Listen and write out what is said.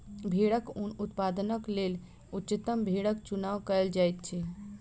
भेड़क ऊन उत्पादनक लेल उच्चतम भेड़क चुनाव कयल जाइत अछि